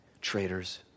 traitors